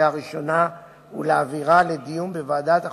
בקריאה ראשונה ולהעבירה לדיון בוועדת החוקה,